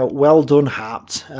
ah well done haupt,